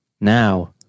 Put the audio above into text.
Now